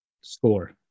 score